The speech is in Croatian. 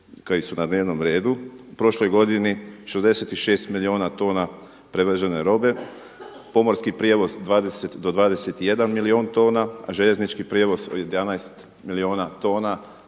koji su na dnevno redu. U prošloj godini 66 milijuna tona prevežene robe, pomorski prijevoz 20 do 21 milijun tona, a željeznički prijevoz od 11 milijuna tona